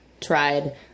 tried